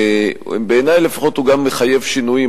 בעיני לפחות הוא מחייב שינויים.